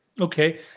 Okay